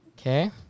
Okay